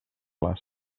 les